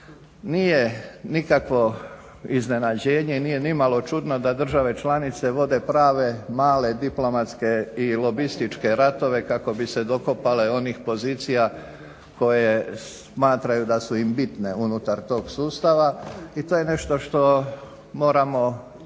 Nije nikakvo iznenađenje i nije nimalo čudno da države članice vode prave male diplomatske i lobističke ratove kako bi se dokopale onih pozicija koje smatraju da su im bitne unutar tog sustava i to je nešto što moramo i mi raditi.